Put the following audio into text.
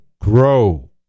grow